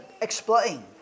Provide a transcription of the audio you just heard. explain